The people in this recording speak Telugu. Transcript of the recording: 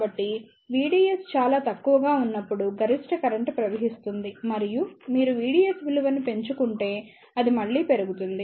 కాబట్టి VDS చాలా తక్కువగా ఉన్నప్పుడు గరిష్ట కరెంట్ ప్రవహిస్తుంది మరియు మీరు VDS విలువను పెంచుకుంటే అది మళ్ళీ పెరుగుతుంది